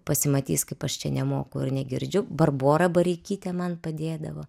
pasimatys kaip aš čia nemoku ir negirdžiu barbora bareikytė man padėdavo